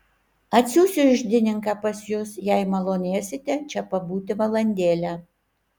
atsiųsiu iždininką pas jus jei malonėsite čia pabūti valandėlę